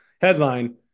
headline